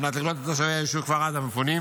על מנת לקלוט את תושבי היישוב כפר עזה המפונים,